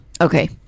Okay